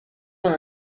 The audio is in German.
man